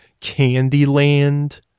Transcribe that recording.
Candyland